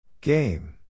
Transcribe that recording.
game